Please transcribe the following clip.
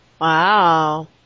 Wow